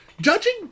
Judging